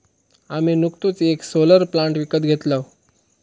आम्ही नुकतोच येक सोलर प्लांट विकत घेतलव